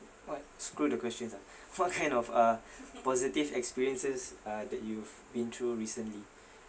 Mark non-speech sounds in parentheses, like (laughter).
what screw the questions ah what kind (laughs) of uh positive experiences uh that you've been through recently